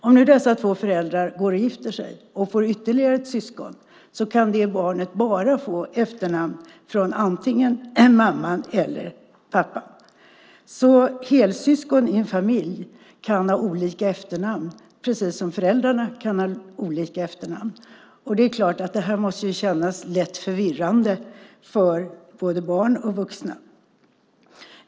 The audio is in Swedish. Om nu dessa två föräldrar går och gifter sig och får ytterligare ett barn, så kan det barnet få efternamn från antingen bara pappan eller bara mamman. Helsyskon i en familj kan alltså ha olika efternamn, precis som föräldrarna kan ha olika efternamn. Det är klart att detta måste kännas lätt förvirrande för både barn och vuxna.